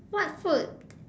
what food